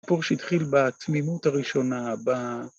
סיפור שהתחיל בתמימות הראשונה, ב...